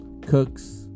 cooks